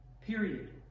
period